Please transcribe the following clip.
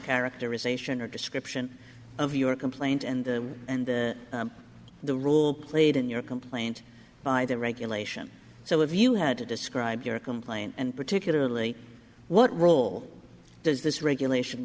characterization or description of your complaint and and then the rule played in your complaint by that regulation so have you had to describe your complaint and particularly what role does this regulation